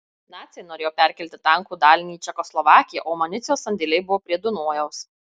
naciai norėjo perkelti tankų dalinį į čekoslovakiją o amunicijos sandėliai buvo prie dunojaus